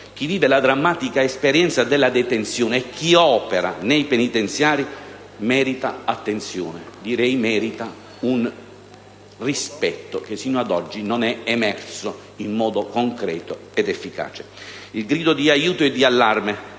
chi vive la drammatica esperienza della detenzione e chi opera nei penitenziari merita attenzione; direi, merita un rispetto che sino ad oggi non è emerso in modo concreto ed efficace. Il grido di aiuto e di allarme